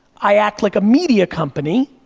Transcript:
i act like a media company,